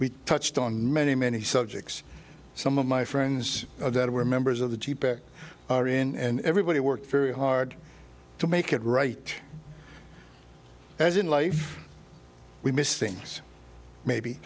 we touched on many many subjects some of my friends were members of the are in everybody worked very hard to make it right as in life we miss things maybe